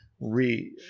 re